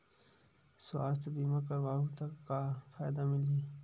सुवास्थ बीमा करवाहू त का फ़ायदा मिलही?